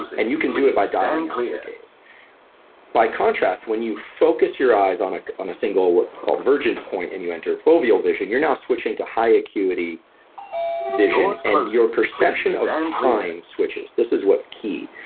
and you can do it by dialing out your gaze by contrast, when you focus your eyes on ah on a single, what's called vergence point, and you enter foveal vision, you're now switching to high acuity vision, and your perception of time switches. this is what's key.